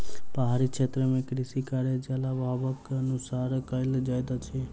पहाड़ी क्षेत्र मे कृषि कार्य, जल अभावक अनुसार कयल जाइत अछि